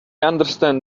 understand